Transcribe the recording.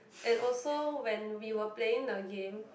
and also when we were playing the game